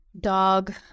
dog